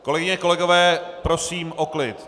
Kolegyně a kolegové, prosím o klid.